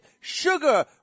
Sugar